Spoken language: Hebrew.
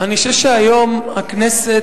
אני חושב שהיום הכנסת,